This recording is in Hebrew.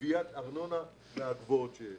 בגביית ארנונה מהגבוהות שיש.